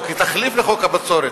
או כתחליף לחוק הבצורת.